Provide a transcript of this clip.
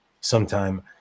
sometime